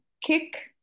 kick